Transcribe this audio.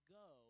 go